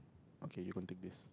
okay you going to take thi